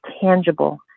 tangible